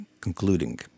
concluding